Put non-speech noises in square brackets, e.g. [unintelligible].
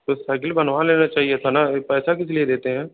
तो साइकिल बनवा लेना चाहिए था [unintelligible] ना पैसा किस लिए देते है